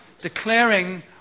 declaring